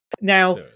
now